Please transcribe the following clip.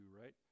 Right